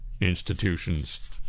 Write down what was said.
Institutions